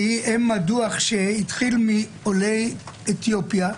שהיא אם הדוח שהתחיל מעולי אתיופיה,